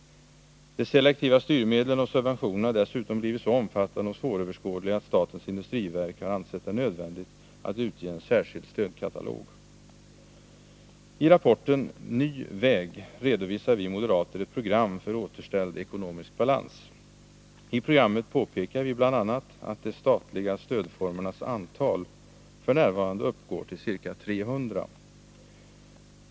De selektiva styrmedlen och subventionerna har dessutom blivit så omfattande och svåröverskådliga att statens industriverk har ansett det nödvändigt att utge en särskild stödkatalog. I rapporten Ny väg redovisar vi moderater ett program för återställd ekonomisk balans. I programmet påpekar vi bl.a. att de statliga stödformernas antal f. n. uppgår till ca 300.